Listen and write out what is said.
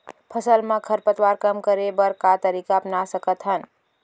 फसल मा खरपतवार कम करे बर का तरीका अपना सकत हन?